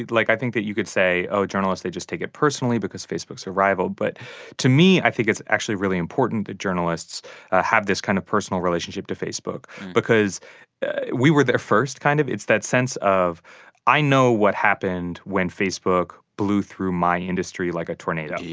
like, i think that you could say, oh, journalists, they just take it personally because facebook's arrival. but to me, i think it's actually really important that journalists have this kind of personal relationship to facebook because we were there first kind of. it's that sense of i know what happened when facebook blew through my industry like a tornado. yeah